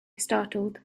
startled